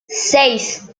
seis